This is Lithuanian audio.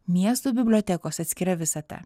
miestų bibliotekos atskira visata